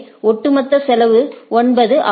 எனவே ஒட்டுமொத்த செலவு 9 ஆகும்